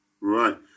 Right